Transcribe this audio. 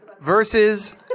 versus